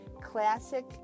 classic